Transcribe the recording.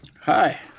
hi